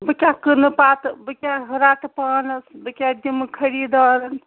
بہٕ کیٛاہ کٕنہٕ پَتہٕ بہٕ کیٛاہ رَٹہٕ پانَس بہٕ کیٛاہ دِمہٕ خٔریٖدارَن